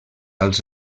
als